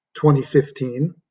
2015